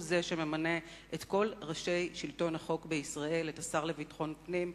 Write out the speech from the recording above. הוא זה שממנה את כל ראשי שלטון החוק בישראל: את השר לביטחון פנים,